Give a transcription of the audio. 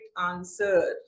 answer